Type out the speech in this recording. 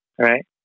right